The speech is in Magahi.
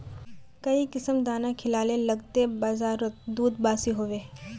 काई किसम दाना खिलाले लगते बजारोत दूध बासी होवे?